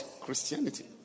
Christianity